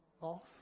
off